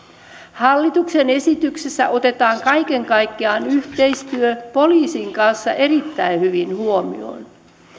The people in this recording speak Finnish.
hallituksen esityksessä otetaan kaiken kaikkiaan yhteistyö poliisin kanssa erittäin hyvin huomioon